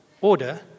order